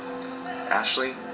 Ashley